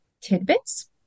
tidbits